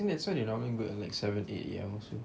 think that's why they normally go at like seven eight A_M so